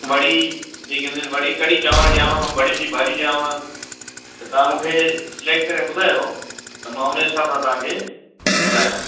वड़ी जेकी हूंदी आहिनि वड़ी कढ़ी चांवर ॾियाव वड़ियुनि जी भाॼी ॾियाव त तव्हां मूंखे सिलैक्ट करे ॿुधायो त मां उन हिसाब सां तव्हांखे ॿुधाया